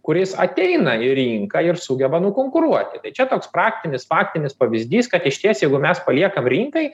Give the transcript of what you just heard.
kuris ateina į rinką ir sugeba nukonkuruoti tai čia toks praktinis faktinis pavyzdys kad išties jeigu mes paliekam rinkai